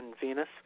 Venus